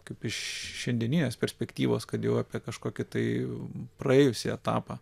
kaip iš šiandieninės perspektyvos kad jau apie kažkokį tai praėjusį etapą